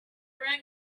rang